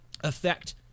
affect